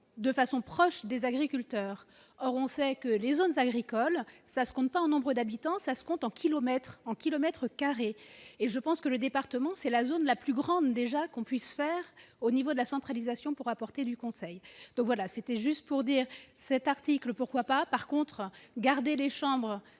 de façon proche des agriculteurs, or on sait que les zones agricoles ça ce qu'on ne pas en nombre d'habitants, ça se compte en kilomètres en kilomètre carré et je pense que le département, c'est la zone la plus grande déjà qu'on puisse faire au niveau de la centralisation pour apporter du conseil, donc voilà, c'était juste pour dire cet article, pourquoi pas, par contre gardé les chambres.